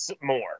more